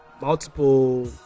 multiple